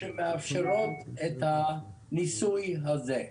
שמאפשרות את הניסוי הזה.